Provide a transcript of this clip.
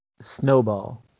Snowball